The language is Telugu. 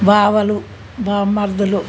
బావలు బామర్థలు